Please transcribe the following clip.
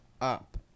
up